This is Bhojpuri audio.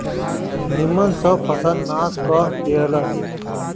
निमन सब फसल नाश क देहलस